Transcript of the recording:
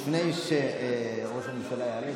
לפני שראש הממשלה יעלה,